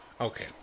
Okay